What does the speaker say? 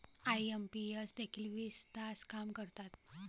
IMPS देखील वीस तास काम करतात?